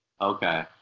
Okay